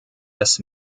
des